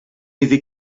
iddi